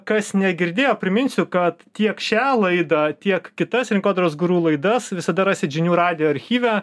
kas negirdėjo priminsiu kad tiek šią laidą tiek kitas rinkodaros guru laidas visada rasit žinių radijo archyve